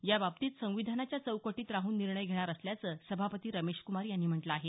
याबाबतीत संविधानाच्या चौकटीत राहून निर्णय घेणार असल्याचं सभापती रमेशकूमार यांनी म्हटलं आहे